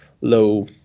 low